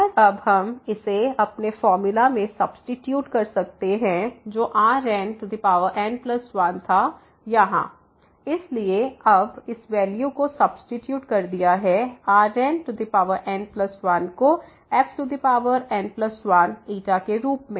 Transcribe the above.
और अब हम इसे अपने फार्मूला में सब्सीट्यूट कर सकते हैं जो Rnn1 था यहाँ इसलिए हमने अब इस वैल्यू को सब्सीट्यूट कर दिया है Rnn1 को fn 1के रूप में